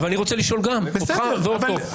גם אני רוצה לשאול, אותך ואותו.